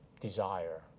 desire